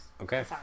Okay